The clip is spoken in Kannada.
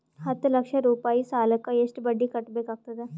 ಹತ್ತ ಲಕ್ಷ ರೂಪಾಯಿ ಸಾಲಕ್ಕ ಎಷ್ಟ ಬಡ್ಡಿ ಕಟ್ಟಬೇಕಾಗತದ?